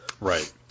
Right